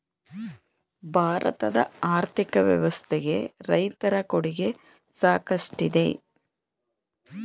ಭಾರತದ ಆರ್ಥಿಕ ವ್ಯವಸ್ಥೆಗೆ ರೈತರ ಕೊಡುಗೆ ಸಾಕಷ್ಟಿದೆ